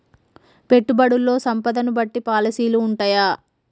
పెట్టుబడుల్లో సంపదను బట్టి పాలసీలు ఉంటయా?